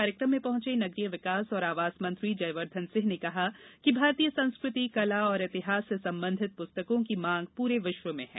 कार्यक्रम में पहुंचे नगरीय विकास और आवास मंत्री जयवर्द्वन सिंह ने कहा कि भारतीय संस्कृति कला और इतिहास से संबंधित पुस्तकों की मांग पुरे विश्व में है